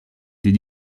des